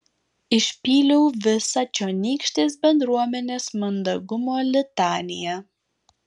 išpyliau visą čionykštės bendruomenės mandagumo litaniją